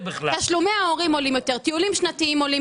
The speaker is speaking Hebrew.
עזוב.